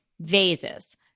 vases